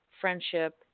friendship